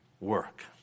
work